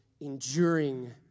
enduring